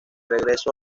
regreso